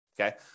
okay